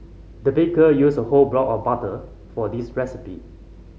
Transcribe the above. the baker used a whole block of butter for this recipe